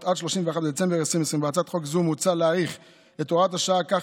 עד 31 בדצמבר 2020. בהצעת חוק זו מוצע להאריך את הוראת השעה כך